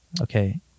okay